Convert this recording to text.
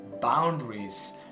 boundaries